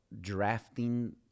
drafting